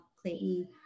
Clayton